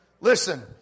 Listen